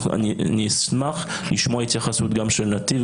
אני אשמח לשמוע התייחסות גם של נתיב,